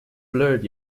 blurred